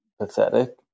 pathetic